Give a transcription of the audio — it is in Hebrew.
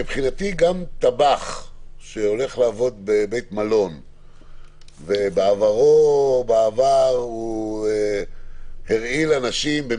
מבחינתי גם טבח שהולך לעבוד בבית מלון ובעבר הוא הרעיל אנשים או